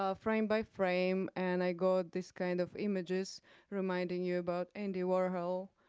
ah frame by frame and i got this kind of images reminding you about andy warhol,